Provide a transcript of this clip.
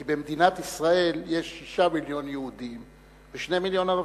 כי במדינת ישראל יש 6 מיליון יהודים ו-2 מיליון ערבים.